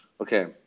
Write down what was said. Okay